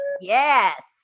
Yes